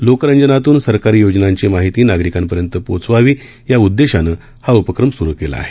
लोकरंजनातून सरकारी योजनांची माहिती नागरिकांपर्यंत पोहचवावी या उददेशानं हा उपक्रम सुरु करण्यात आला आहे